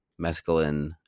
mescaline